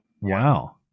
Wow